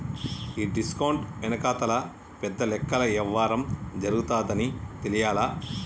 ఈ డిస్కౌంట్ వెనకాతల పెద్ద లెక్కల యవ్వారం జరగతాదని తెలియలా